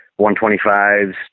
125s